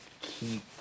keep